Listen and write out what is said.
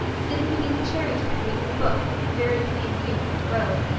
sitting beneath a cherry tree reading a book, in very plain view from the road.